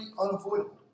unavoidable